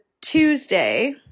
Tuesday